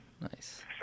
Nice